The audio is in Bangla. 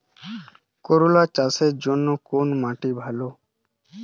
করলা চাষের জন্য কোন মাটি ভালো?